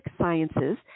sciences